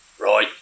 Right